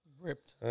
Ripped